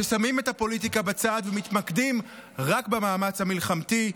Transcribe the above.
ששמים את הפוליטיקה בצד ומתמקדים רק במאמץ המלחמתי,